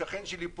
השכן שלי,